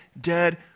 dead